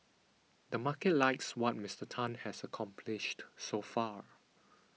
the market likes what Mister Tan has accomplished so far